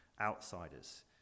outsiders